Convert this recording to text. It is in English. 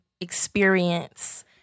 experience